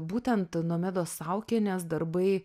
būtent nomedos saukienės darbai